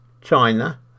China